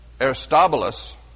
Aristobulus